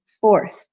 fourth